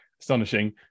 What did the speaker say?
astonishing